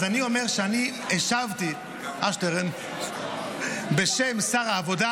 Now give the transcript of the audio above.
אז אני אומר שאני השבתי בשם שר העבודה,